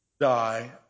die